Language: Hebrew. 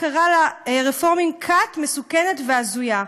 קרא לרפורמים: כת מסוכנת והזויה.